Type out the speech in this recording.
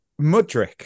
Mudrick